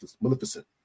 Maleficent